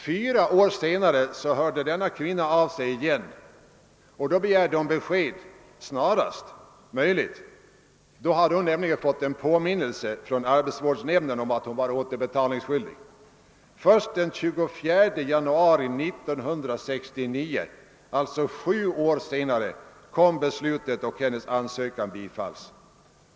Fyra år senare hörde kvinnan av sig igen och begärde då besked snarast möjligt, eftersom hon hade fått en påminnelse från arbetsvårdsnämnden om att hon var återbetalningsskyldig. Först den 24 januari 1969, alltså sju år senare, kom beskedet om att hennes ansökan bifallits.